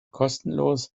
kostenlos